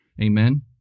amen